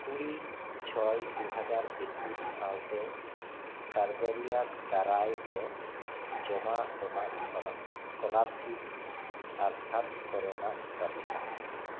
ᱠᱩᱲᱤ ᱪᱷᱚᱭ ᱫᱩ ᱦᱟᱡᱟᱨ ᱮᱠᱩᱥ ᱥᱟᱶᱛᱮ ᱠᱟᱨᱵᱟᱨᱤᱭᱟᱨ ᱫᱟᱨᱟᱭ ᱛᱮ ᱡᱚᱢᱟᱜ ᱮᱢᱟᱜ ᱥᱚᱱᱟᱜ ᱥᱠᱚᱞᱟᱨᱥᱤᱯ ᱟᱨ ᱥᱟᱛ ᱠᱚᱨᱮᱱᱟᱜ ᱛᱟᱞᱤᱠᱟ